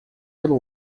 pelo